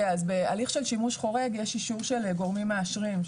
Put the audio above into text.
בהליך של שימוש חורג יש אישור של גורמים מאשרים,